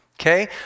Okay